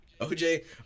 OJ